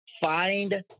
Find